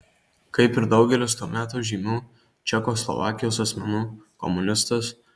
kaip ir daugelis to meto žymių čekoslovakijos asmenų komunistas